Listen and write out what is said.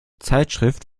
zeitschrift